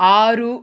ఆరు